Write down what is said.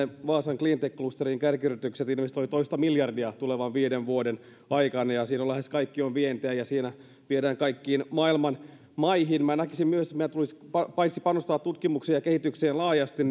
vaasan cleantech klusterille kärkiyritykset investoivat toista miljardia tulevan viiden vuoden aikana ja siinä lähes kaikki on vientiä ja siinä viedään kaikkiin maailman maihin näkisin myös että meillä tulisi paitsi panostaa tutkimukseen ja kehitykseen laajasti